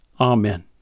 Amen